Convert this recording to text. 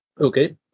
Okay